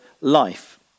life